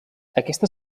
aquesta